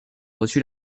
reçut